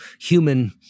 human